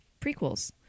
prequels